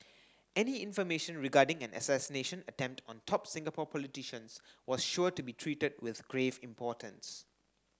any information regarding an assassination attempt on top Singapore politicians was sure to be treated with grave importance